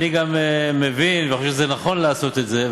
אני גם מבין וחושב שזה נכון לעשות את זה,